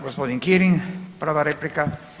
Gospodin Kirin, prva replika.